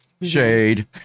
Shade